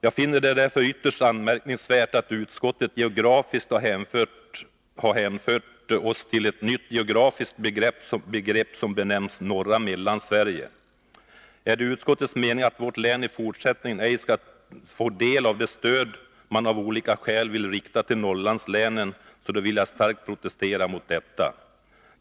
Jag finner det därför ytterst anmärkningsvärt att utskottet har hänfört länet till ett nytt geografiskt område, som benämns Norra Mellansverige. Är det utskottets mening att vårt län i fortsättningen ej skall få del av de stöd som man av olika skäl vill ge Norrlandslänen, vill jag starkt protestera.